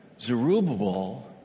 Zerubbabel